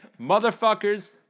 Motherfuckers